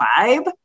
vibe